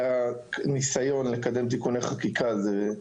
היה ניסיון לקדם תיקוני חקיקה על זה,